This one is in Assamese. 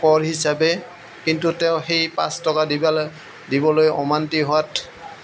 কৰ হিচাপে কিন্তু তেওঁ সেই পাঁচ টকা দিব দিবলৈ অমান্তি হোৱাত